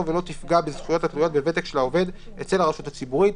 ולא תפגע בזכויות התלויות בוותק של העובד אצל הרשות הציבורית".